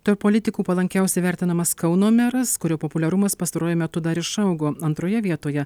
tarp politikų palankiausiai vertinamas kauno meras kurio populiarumas pastaruoju metu dar išaugo antroje vietoje